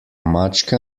mačke